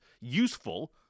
useful